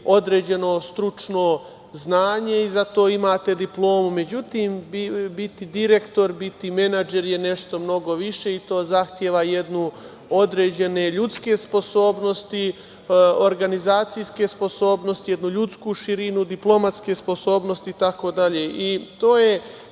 određeno stručno znanje i za to imate diplomu. Međutim, biti direktor, biti menadžer je nešto mnogo više i to zahteva određene ljudske sposobnosti, organizacijske sposobnosti, jednu ljudsku širinu, diplomatske sposobnosti itd. To je